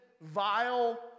vile